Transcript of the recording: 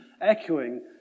echoing